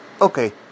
okay